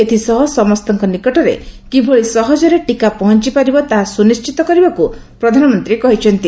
ଏଥିସହ ସମସ୍ତଙ୍କ ନିକଟରେ କିଭଳି ସହଜରେ ଟିକା ପହଞ୍ଚି ପାରିବ ତାହା ସୁନିଶ୍ଚିତ କରିବାକୁ ପ୍ରଧାନମନ୍ତ୍ରୀ କହିଛନ୍ତି